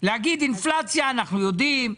להגיד אינפלציה אנחנו יודעים.